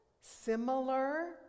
similar